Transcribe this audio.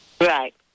Right